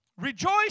rejoice